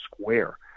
square